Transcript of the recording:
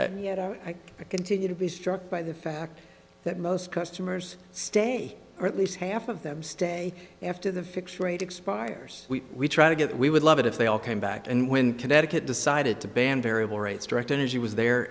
and i continue to be struck by the fact that most customers stay or at least half of them stay after the fixed rate expires we try to get we would love it if they all came back and when connecticut decided to ban